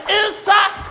inside